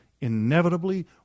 inevitably